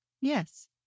Yes